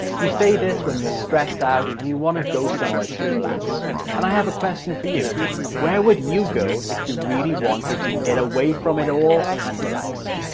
you say this when you're stressed out and you want to go somewhere to relax and i have a question for you where would you go if you really wanted to get away from it all and relax.